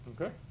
Okay